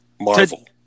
Marvel